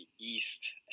East